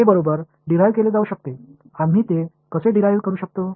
हे बरोबर डिराईव केले जाऊ शकते आम्ही ते कसे डिराईव करू शकतो